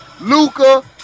Luca